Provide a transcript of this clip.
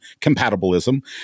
compatibilism